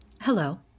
Hello